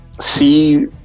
see